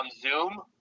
Zoom